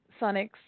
Sonics